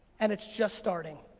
and it's just starting.